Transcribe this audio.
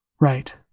Right